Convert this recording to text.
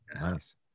Nice